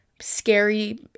scary